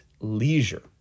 leisure